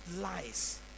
lies